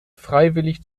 freiwillig